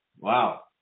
Wow